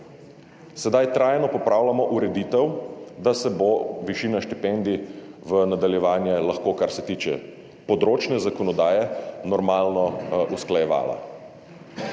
Sedaj trajno popravljamo ureditev, da se bo višina štipendij v nadaljevanju lahko, kar se tiče področne zakonodaje, normalno usklajevala.